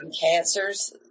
cancers